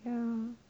ya